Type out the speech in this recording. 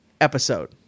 episode